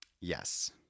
Yes